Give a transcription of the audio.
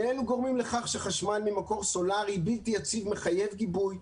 שניהם גורמים לכך שחשמל ממקור סולארי בלתי יציב מחייב גיבוי,